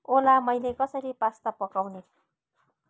ओला मैले कसरी पास्ता पकाउने